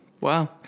Wow